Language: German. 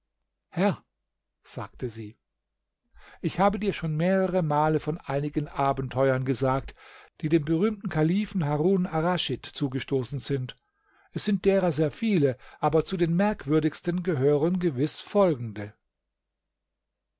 herr sagte sie ich habe dir schon mehrere male von einigen abenteuern gesagt die dem berühmten kalifen harun arraschid zugestoßen sind es sind deren sehr viele aber zu den merkwürdigsten gehören gewiß folgende